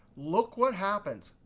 look what happens.